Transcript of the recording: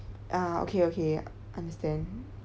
ah okay okay understand